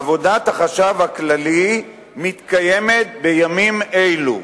עבודת החשב הכללי מתקיימת בימים אלו,